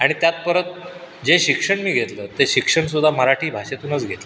आणि त्यात परत जे शिक्षण मी घेतलं ते शिक्षणसुद्धा मराठी भाषेतूनच घेतलं